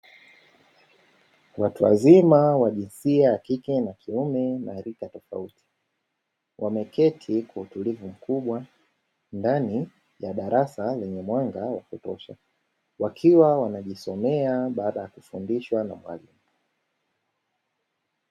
Watu wazima wa jinsia ya kike na kiume na rika tofauti, wameketi kuu utulivu mkubwa ndani ya darasa lenye mwanga wa kutosha wakiwa wanajisomea baada ya kufundishwa na mwalimu.